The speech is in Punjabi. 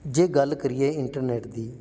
ਜੇ ਗੱਲ ਕਰੀਏ ਇੰਟਰਨੈੱਟ ਦੀ